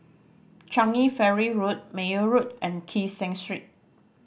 Changi Ferry Road Meyer Road and Kee Seng Street